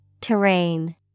Terrain